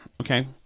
Okay